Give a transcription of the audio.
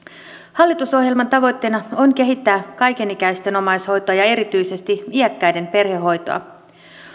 hallitusohjelman tavoitteena on kehittää kaikenikäisten omaishoitoa ja erityisesti iäkkäiden perhehoitoa